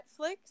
Netflix